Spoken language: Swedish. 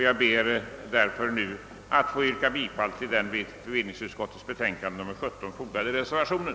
Jag ber att få yrka bifall till den vid bevillningsutskottets betänkande nr 17 fogade reservationen.